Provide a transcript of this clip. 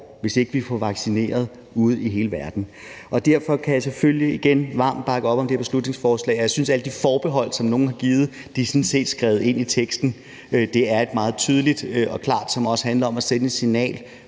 hvis ikke vi får vaccineret ude i hele verden. Derfor kan jeg selvfølgelig igen varmt bakke op om det her beslutningsforslag, og jeg synes, at alle de forbehold, som nogle har givet, sådan set er skrevet ind i teksten. Det er meget tydeligt og klart og handler også om at sende et signal